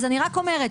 אז אני רק אומרת,